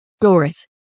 Doris